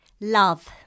Love